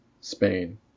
Spain